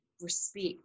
respect